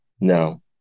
no